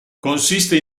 consiste